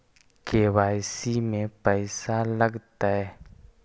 KYC में पैसा लगतै?